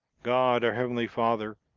god, our heavenly father,